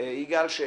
יגאל פרסלר.